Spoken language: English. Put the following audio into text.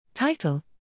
Title